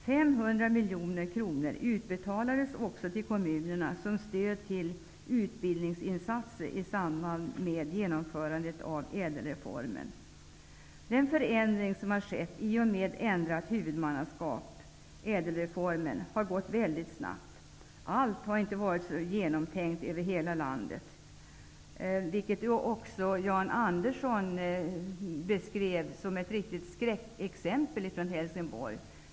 500 miljoner kronor utbetalades också till kommunerna som stöd till utbildningsinsatser i samband med genomförandet av ÄDEL-reformen. Den förändring som har skett i och med ändrat huvudmannaskap, dvs. ÄDEL-reformen, har gått mycket snabbt. Allt har inte varit så genomtänkt över hela landet. Det beskrev ju också Jan Andersson i ett riktigt skräckexempel från Helsingborg.